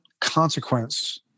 consequence